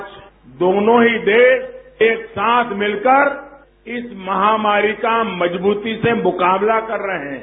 आज दोनो ही देश एक साथ मिलकर इस महामारी का मजबूती से मुकाबला कर रहे हैं